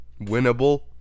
Winnable